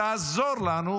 תעזור לנו,